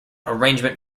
arrangement